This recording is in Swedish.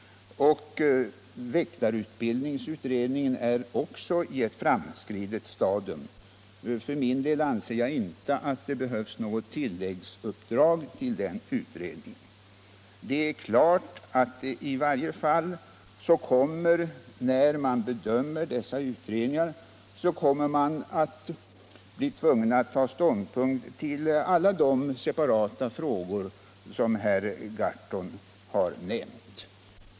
Väktarutbildningsutredningen befinner sig också i ett framskridet stadium, och för min del anser jag inte att det behövs något tilläggsuppdrag till den utredningen. I varje fall är det klart att man, när man bedömer dessa utredningar, kommer att bli tvungen att ta ståndpunkt till alla de separata frågor som herr Gahrton har nämnt.